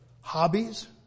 hobbies